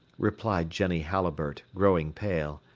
replied jenny halliburtt, growing pale,